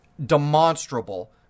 demonstrable